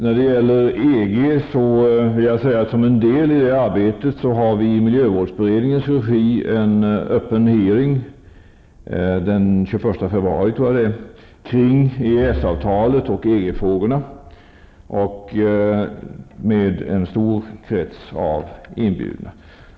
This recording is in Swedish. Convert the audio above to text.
När det gäller EG vill jag säga att som en del i vårt arbete anordnas i miljöberedningens regi en öppen hearing -- den 21 februari tror jag det är -- kring EES-avtalet och EG-frågorna, med en stor krets av inbjudna.